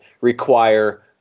require